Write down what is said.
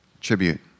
tribute